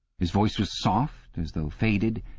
his voice was soft, as though faded,